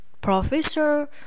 professor